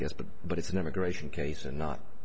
guess but but it's an immigration case and not